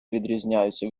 відрізняються